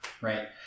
right